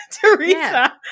Teresa